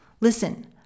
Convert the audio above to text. Listen